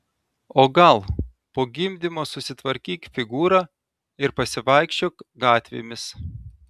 o gal po gimdymo susitvarkyk figūrą ir pasivaikščiok gatvėmis